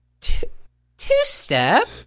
Two-Step